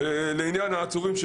לעניין העצורים,